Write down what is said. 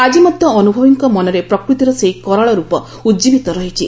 ଆଜି ମଧ୍ଧ ଅନୁଭବୀଙ୍କ ମନରେ ପ୍ରକୃତିର ସେହି କରାଳ ର୍ପ ଉଜୀବିତ ରହିଛି